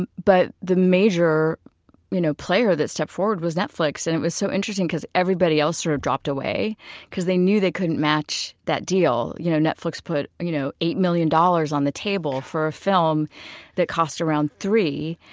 and but the major you know player that stepped forward was netflix, and it was so interesting because everybody else sort of dropped away because they knew they couldn't match that deal. you know, netflix put you know eight million dollars on the table for a film that cost around three.